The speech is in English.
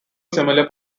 similar